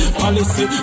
policy